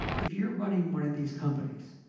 if you're running one of these companies,